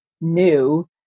new